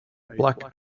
black